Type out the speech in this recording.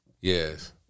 Yes